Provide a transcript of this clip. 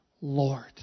Lord